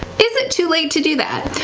is it too late to do that?